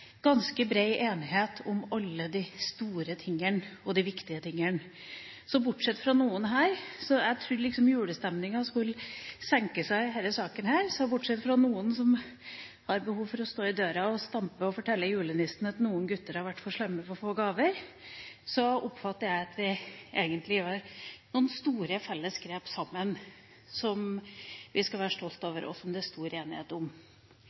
ganske bred enighet om alle de store og viktige tingene. Jeg trodde liksom julestemninga skulle senke seg i denne saken – bortsett fra noen som har behov for å stå i døra og stampe og fortelle julenissen at noen gutter har vært for slemme til å få gaver, så oppfatter jeg at vi egentlig tar noen store, felles grep sammen – grep som vi skal være stolte over, og som det er stor enighet om.